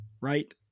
right